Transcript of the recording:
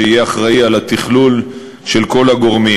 שיהיה אחראי לתכלול של כל הגורמים.